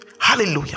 Hallelujah